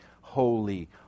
holy